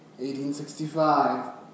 1865